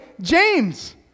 James